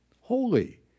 Holy